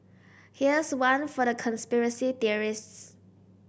here's one for the conspiracy theorists